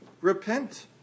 repent